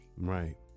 right